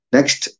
Next